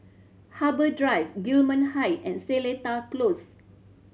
Harbour Drive Gillman Height and Seletar Close